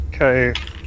Okay